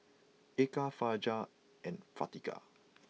Eka Fajar and Afiqah